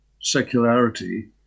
secularity